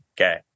okay